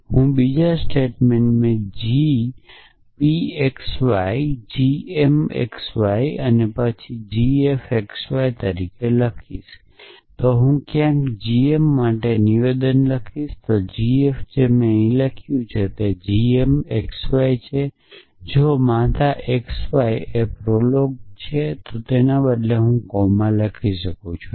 પછી હું બીજા સ્ટેટમેંટને g p x y g m x y પછી g f x y તરીકે લખીશ તો ક્યાંક હું gm માટે નિવેદન લખીશ તો gf જે મેં અહીં લખ્યું છે જે તે gmxy છે જો માતા Xy prolog છે તે બદલે કોમા છે